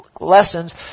lessons